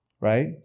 Right